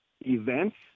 events